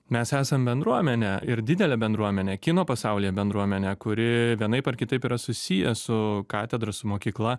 mes esam bendruomenė ir didelė bendruomenė kino pasaulyje bendruomenė kuri vienaip ar kitaip yra susiję su katedra su mokykla